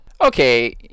Okay